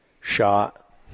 Shot